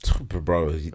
bro